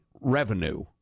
revenue